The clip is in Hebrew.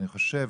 אני חושב,